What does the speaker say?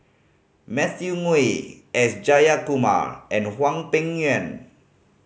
Matthew Ngui S Jayakumar and Hwang Peng Yuan